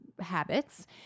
habits